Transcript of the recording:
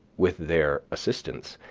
with their assistance,